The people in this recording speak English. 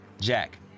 Jack